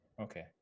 Okay